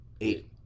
eight